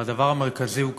והדבר המרכזי הוא,